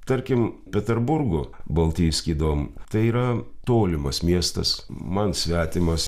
tarkim peterburgo baltiskydom tai yra tolimas miestas man svetimas